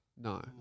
No